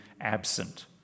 absent